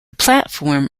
platform